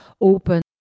open